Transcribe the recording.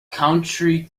country